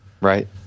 Right